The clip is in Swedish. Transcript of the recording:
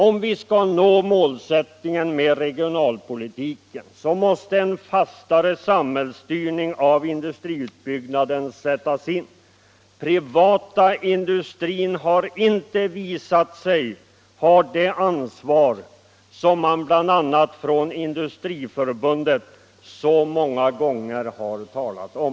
Om vi skall nå målsättningen med regionalpolitiken måste en fastare samhällsstyrning av industriutbyggnaden sättas in. Den privata industrin har inte visat sig ha det ansvar som man bl.a. från Industriförbundet så många gånger har talat om.